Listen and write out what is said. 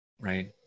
Right